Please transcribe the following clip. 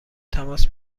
تماس